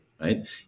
right